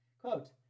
Quote